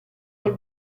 col